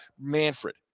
Manfred